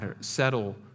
settle